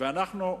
ולנו,